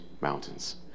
mountains